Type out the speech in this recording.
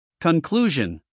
Conclusion